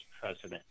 president